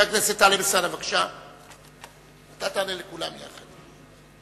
אתה תענה לכולם יחד.